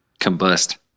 combust